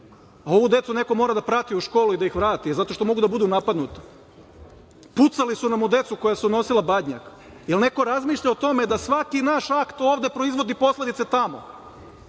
ovu decu neko mora da prati u školi i da ih vrati zato što mogu da budu napadnuta. Pucali su nam u decu koja su nosila badnjak. Jel neko razmišlja o tome da svaki naš akt ovde proizvodi posledice tamo